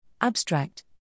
Abstract